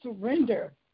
surrender